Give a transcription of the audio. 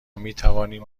میتوانیم